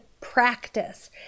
practice